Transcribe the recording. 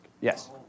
Yes